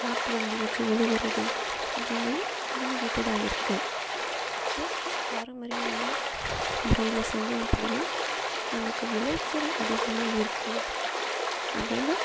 மாட்டு வண்டி வச்சு உழுதுறது அப்படின்றது நடந்துக்கிட்டு தான் இருக்குது ஸோ பாரம்பரியமான முறையில் செஞ்சோம் அப்படின்னா நமக்கு விளைச்சல் அதிகமாக இருக்கும் அப்படின்னு